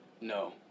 No